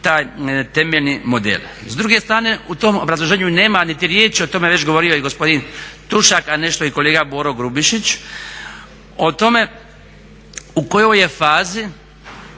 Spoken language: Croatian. taj temeljni model. S druge strane u tom obrazloženju nema niti riječi, o tome je već govorio i gospodin Tušak a nešto i kolega Boro Grubišić, o tome u kojoj je fazi